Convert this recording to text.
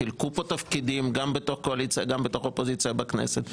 חילקו פה תפקידים גם בתוך הקואליציה וגם בתוך האופוזיציה בכנסת,